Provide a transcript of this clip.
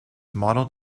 modeled